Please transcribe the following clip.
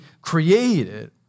created